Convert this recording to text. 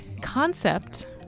concept